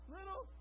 Little